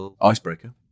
Icebreaker